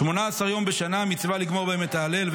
ושמונה-עשר יום בשנה מצווה לגמור בהם את ההלל,